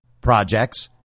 projects